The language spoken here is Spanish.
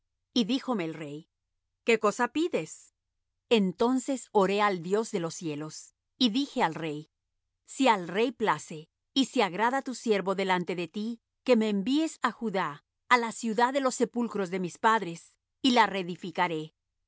y díjome el rey qué cosa pides entonces oré al dios de los cielos y dije al rey si al rey place y si agrada tu siervo delante de ti que me envíes á judá á la ciudad de los sepulcros de mis padres y la reedificaré entonces el